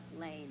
Lane